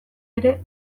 ere